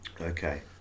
Okay